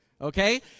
Okay